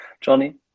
Johnny